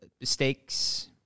mistakes